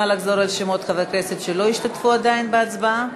נא לחזור על שמות חברי הכנסת שלא השתתפו עדיין בהצבעה.